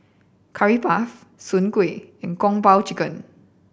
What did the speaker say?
Curry Puff Soon Kueh and Kung Po Chicken